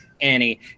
annie